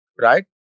right